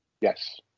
Yes